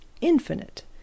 infinite